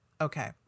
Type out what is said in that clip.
Okay